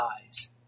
eyes